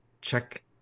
check